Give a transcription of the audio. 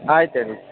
ಆಯಿತು ರೀ